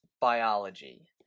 biology